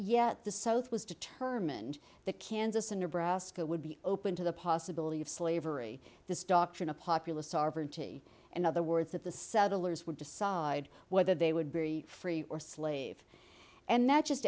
yet the south was determined that kansas and nebraska would be open to the possibility of slavery this doctrine of popular sovereignty in other words that the settlers would decide whether they would be free or slave and that just